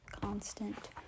constant